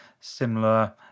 similar